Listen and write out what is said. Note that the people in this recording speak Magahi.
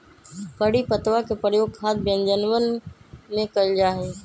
करी पत्तवा के प्रयोग खाद्य व्यंजनवन में कइल जाहई